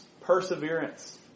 perseverance